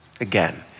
again